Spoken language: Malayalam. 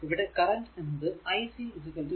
ഇവിടെ കറന്റ് എന്നത് ic 0